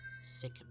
sick